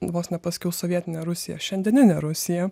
vos nepasakiau sovietinė rusija šiandieninė rusija